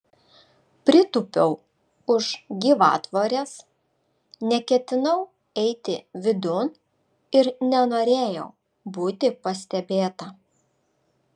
pritūpiau už gyvatvorės neketinau eiti vidun ir nenorėjau būti pastebėta